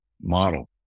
model